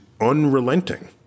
unrelenting